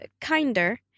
kinder